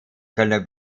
kölner